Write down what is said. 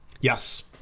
yes